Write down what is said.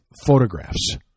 photographs